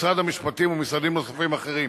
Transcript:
משרד המשפטים ומשרדים נוספים אחרים.